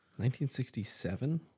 1967